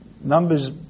numbers